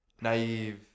naive